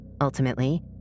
Ultimately